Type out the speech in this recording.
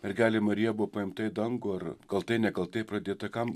mergelė marija buvo paimta į dangų ar kaltai nekaltai pradėta kam